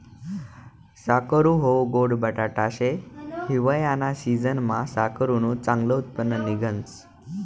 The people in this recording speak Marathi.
साकरू हाऊ गोड बटाटा शे, हिवायाना सिजनमा साकरुनं चांगलं उत्पन्न निंघस